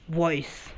voice